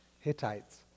Hittites